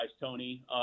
Tony